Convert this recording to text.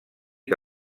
que